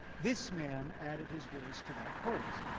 this man added his voice to that chorus.